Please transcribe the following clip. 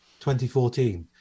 2014